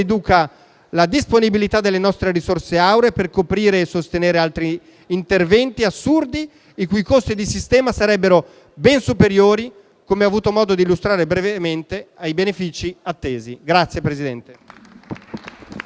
la disponibilità delle nostre risorse auree per coprire o sostenere altri interventi assurdi i cui costi di sistema sarebbero ben superiori - come ho avuto modo di illustrare brevemente - ai benefici attesi. *(Applausi